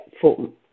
form